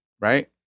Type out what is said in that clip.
Right